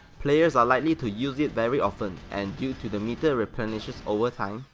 players are likely to use it very often and due to the meter replenishes overtime,